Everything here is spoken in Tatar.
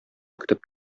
көтеп